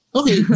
okay